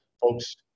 Folks